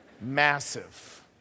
Massive